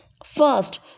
First